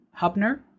hubner